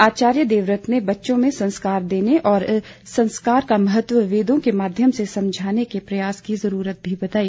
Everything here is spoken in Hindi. आचार्य देवव्रत ने बच्चों में संस्कार देने और संस्कार का महत्व वेदों के माध्यम से समझाने के प्रयास की जरूरत भी बताई